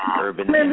urban